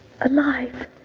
Alive